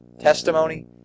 Testimony